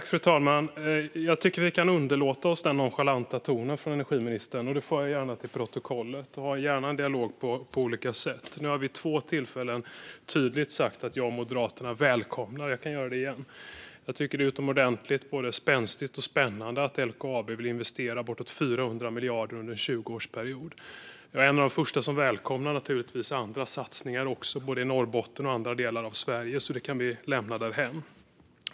Fru talman! Jag tycker att vi kan underlåta oss den nonchalanta tonen från energiministern. Det för jag gärna till protokollet. Jag har gärna en dialog på olika sätt. Nu har jag vid två tillfällen tydligt sagt att jag och Moderaterna välkomnar detta, och jag kan göra det igen. Det är utomordentligt både spänstigt och spännande att LKAB vill investera bortåt 400 miljarder under en tjugoårsperiod. Jag är en av de första som välkomnar också andra satsningar både i Norrbotten och i andra delar av Sverige, så det kan vi lämna därhän.